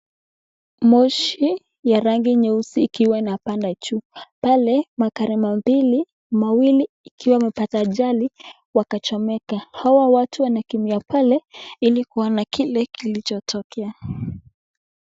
Moshi ya rangi nyeusi ikiwa inapanda la juu, pale magari mawili ikiwa na ajali wakachomeka, hawa watu wanakimbia pale ili kuona kile kilichotokea.